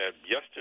yesterday